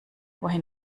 wohin